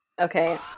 Okay